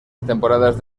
temporadas